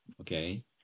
Okay